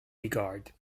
regard